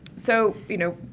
so you know,